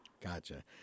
Gotcha